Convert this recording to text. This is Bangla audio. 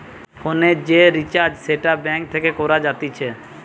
ফোনের যে রিচার্জ সেটা ব্যাঙ্ক থেকে করা যাতিছে